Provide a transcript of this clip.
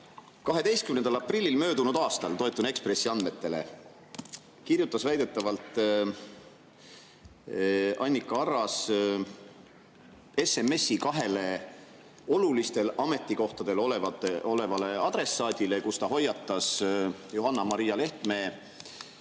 12. aprillil möödunud aastal, toetun [Eesti] Ekspressi andmetele, kirjutas väidetavalt Annika Arras kahele olulisel ametikohal olevale adressaadile SMS‑i, kus ta hoiatas Johanna‑Maria Lehtme